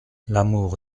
l’amour